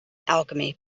alchemy